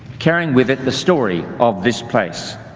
carrying with it the story of this place.